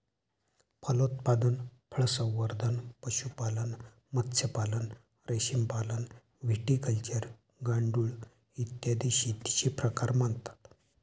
फलोत्पादन, फळसंवर्धन, पशुपालन, मत्स्यपालन, रेशीमपालन, व्हिटिकल्चर, गांडूळ, इत्यादी शेतीचे प्रकार मानतात